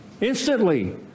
Instantly